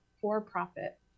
for-profit